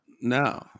No